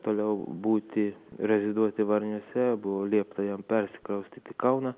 toliau būti reziduoti varniuose buvo liepta jam persikraustyti į kauną